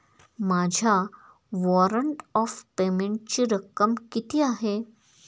माझ्या warrant of पेमेंटची रक्कम किती आहे?